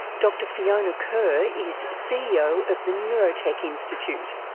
dr fiona kerr is ceo of the neurotech institute.